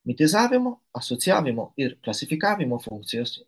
mitizavimo asocijavimo ir klasifikavimo funkcijos